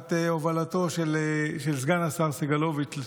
תחת הובלתו של סגן השר סגלוביץ',